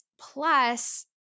plus